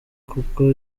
kuko